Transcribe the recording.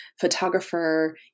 photographer